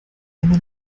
eine